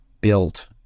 built